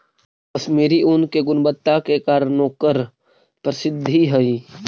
कश्मीरी ऊन के गुणवत्ता के कारण ओकर प्रसिद्धि हइ